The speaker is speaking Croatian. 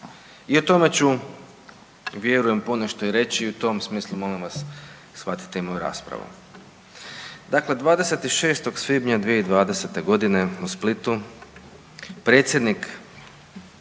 i o tome ću vjerujem ponešto i reći i u tom smislu molim vas shvatite i moju raspravu. Dakle, 26. svibnja 2020.g. u Splitu predsjednik